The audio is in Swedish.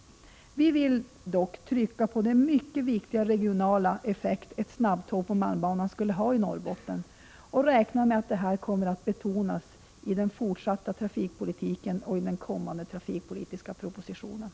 Vi vill dock trycka på den mycket viktiga regionala effekt ett snabbtåg på malmbanan skulle ha i Norrbotten och räknar med att detta kommer att betonas i den fortsatta trafikpolitiken och i den kommande trafikpolitiska propositionen.